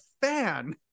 fan